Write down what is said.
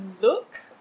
look